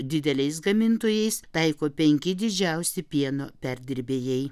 dideliais gamintojais taiko penki didžiausi pieno perdirbėjai